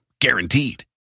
Guaranteed